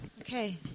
Okay